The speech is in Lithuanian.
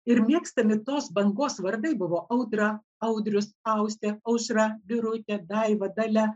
ir mėgstami tos bangos vardai buvo audra audrius austė aušra birutė daiva dalia